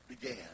began